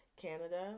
Canada